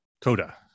CODA